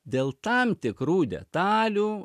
dėl tam tikrų detalių